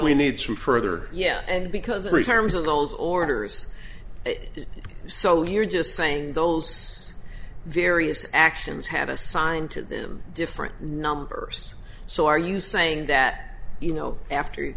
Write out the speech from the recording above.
we need some further yeah and because of the harms of those orders it so you're just saying those various actions had assigned to them different numbers so are you saying that you know after